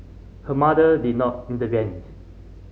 her mother did not intervene